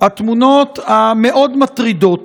התמונות המאוד-מטרידות